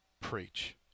Preach